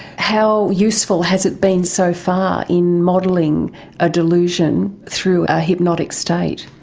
how useful has it been so far in modelling a delusion through a hypnotic state?